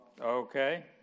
okay